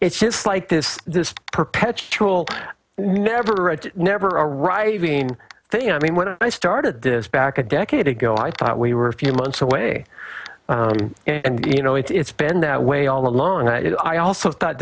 it's just like this this perpetual never never arriving thing i mean when i started this back a decade ago i thought we were a few months away and you know it's been that way all along and i also thought